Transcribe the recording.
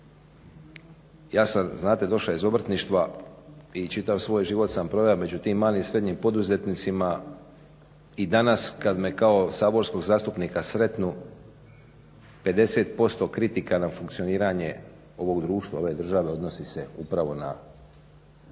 Ja sam znate došao iz obrtništva i čitav svoj život sam proveo među tim malim i srednjim poduzetnicima i danas kada me kao saborskog zastupnika sretnu 50% kritika na funkcioniranje ovog društva, ove države odnosi se upravo na